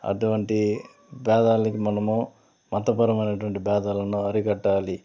అటువంటి భేదాలకి మనము మత పరమైనటువంటి భేదాలను అరికట్టాలి